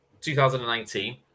2019